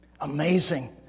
Amazing